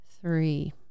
three